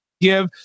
give